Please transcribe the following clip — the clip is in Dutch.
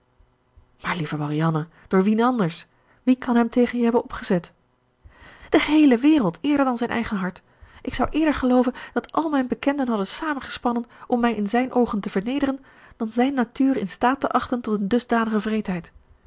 maar lieve marianne door wien anders wie kan hem tegen je hebben opgezet de geheele wereld eerder dan zijn eigen hart ik zou eerder gelooven dat al mijn bekenden hadden samengespannen om mij in zijn oogen te vernederen dan zijn natuur in staat te achten tot een dusdanige wreedheid